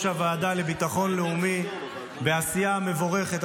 הוועדה לביטחון לאומי בעשייה מבורכת,